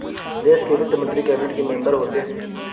देश के वित्त मंत्री कैबिनेट के मेंबर होते हैं